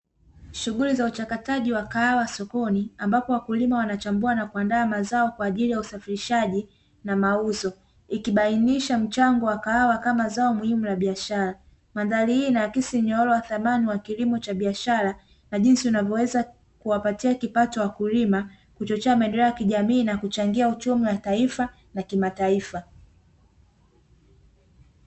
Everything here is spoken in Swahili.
Shughuli za uchakataji wa kahawa sokoni ambapo wakulima wanachambua na kuandaa mazao kwa ajili ya usafirishaji na mauzo, ikibainisha mchango wa kahawa kama zao muhimu la biashara; Mandhari hii inaakisi mnyororo wa thamani wa kilimo cha biashara na jinsi unavyoweza kuwapatia kipato wakulima kuchochea maendeleo ya kijamii na kuchangia uchumi wa taifa na kimataifa.